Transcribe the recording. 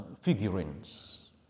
figurines